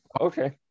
okay